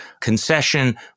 concession